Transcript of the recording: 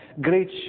Great